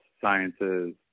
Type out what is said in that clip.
sciences